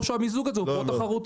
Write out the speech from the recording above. או שהמיזוג הזה הוא פרו תחרותי.